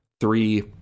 three